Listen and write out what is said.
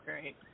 great